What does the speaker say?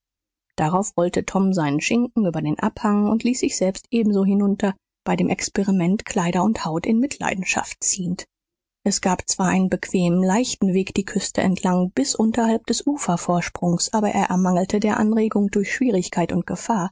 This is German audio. darauf rollte tom seinen schinken über den abhang und ließ sich selbst ebenso hinunter bei dem experiment kleider und haut in mitleidenschaft ziehend es gab zwar einen bequemen leichten weg die küste entlang bis unterhalb des ufervorsprungs aber er ermangelte der anregung durch schwierigkeit und gefahr